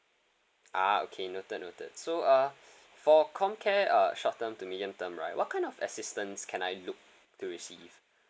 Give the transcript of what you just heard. ah okay noted noted so uh for comcare uh short term to medium term right what kind of assistance can I look to receive